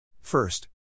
First